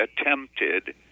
attempted